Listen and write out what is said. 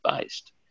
based